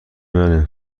منه